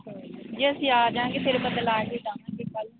ਜੀ ਅਸੀਂ ਆ ਜਾਵਾਂਗੇ ਫਿਰ ਬਦਲਾਅ ਕੇ ਜਾਵਾਂਗੇ ਕੱਲ੍ਹ ਨੂੰ ਜੀ